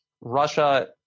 Russia